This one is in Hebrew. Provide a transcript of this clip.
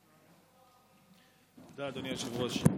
תודה אדוני היושב-ראש.